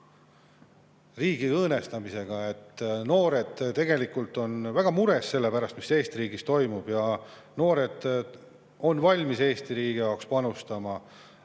riigi õõnestamisega. Noored on väga mures selle pärast, mis Eesti riigis toimub, ja noored on valmis Eesti riiki panustama,